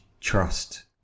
trust